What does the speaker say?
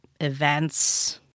events